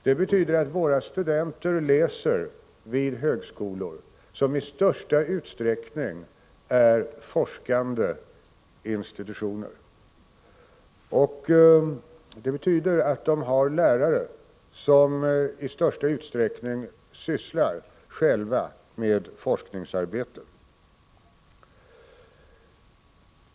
Det betyder att våra studenter läser vid högskolor som i största utsträckning är forskande institutioner. Det betyder att de har lärare som i största utsträckning själva sysslar med forskningsarbete.